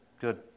Good